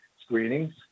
screenings